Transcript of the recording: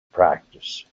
practice